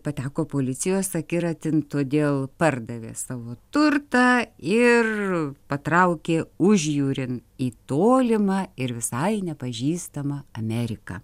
pateko policijos akiratin todėl pardavė savo turtą ir patraukė užjūrin į tolimą ir visai nepažįstamą ameriką